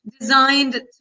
designed